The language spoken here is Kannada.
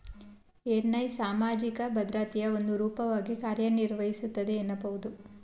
ಎನ್.ಐ ಸಾಮಾಜಿಕ ಭದ್ರತೆಯ ಒಂದು ರೂಪವಾಗಿ ಕಾರ್ಯನಿರ್ವಹಿಸುತ್ತೆ ಎನ್ನಬಹುದು